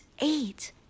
eight